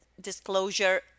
disclosure